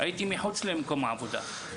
הייתי מחוץ למקום העבודה.